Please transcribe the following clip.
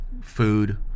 food